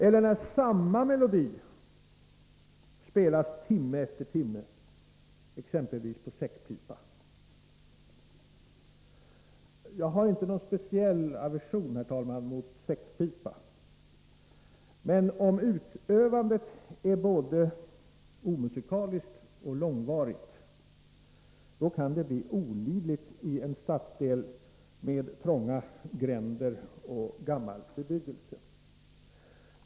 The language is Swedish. Eller när samma melodi spelas timme efter timme, exempelvis på säckpipa? Jag har, herr talman, inte någon speciell aversion mot säckpipa. Men om utövandet är både omusikaliskt och långvarigt, kan det bli olidligt i en stadsdel med trånga gränder och gammal bebyggelse.